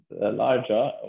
larger